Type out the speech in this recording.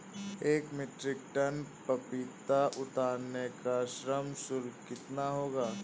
एक metric ton पपीता उतारने का श्रम शुल्क कितना होगा?